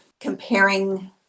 comparing